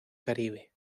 caribe